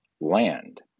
land